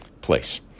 place